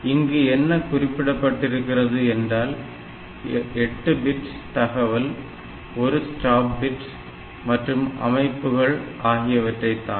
இங்கு என்ன குறிப்பிடப்பட்டிருக்கிறது என்றால் 8 பிட் தகவல் 1 ஸ்டாப் பிட் மற்றும் அமைப்புகள் ஆகியவற்றைத்தான்